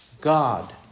God